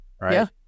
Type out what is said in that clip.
right